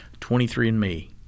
23andMe